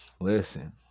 listen